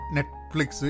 Netflix